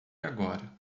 agora